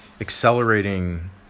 accelerating